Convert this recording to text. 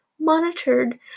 monitored